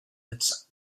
its